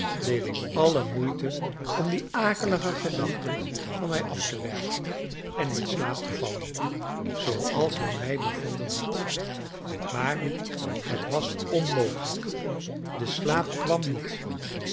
deed ik alle moeite om die akelige gedachten van mij af te werpen en in slaap te vallen zooals hij mij bevolen had maar het was onmogelijk de slaap kwam niet